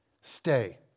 stay